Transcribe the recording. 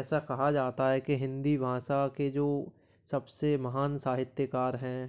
ऐसा कहा जाता है कि हिंदी भाषा के जो सबसे महान साहित्यकार हैं